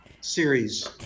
series